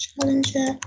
Challenger